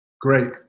Great